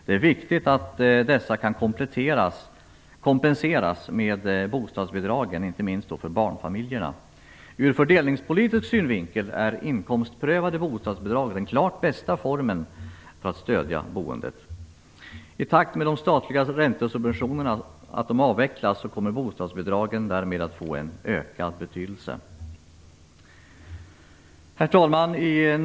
Det är viktigt att dessa människor kan kompenseras genom bostadsbidragen, inte minst barnfamiljerna. Ur fördelningspolitisk synvinkel är inkomstprövade bostadsbidrag den klart bästa formen när det gäller att stödja boendet. I takt med att de statliga räntesubventionerna avvecklas kommer bostadsbidragen att få en ökad betydelse. Herr talman!